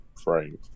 frame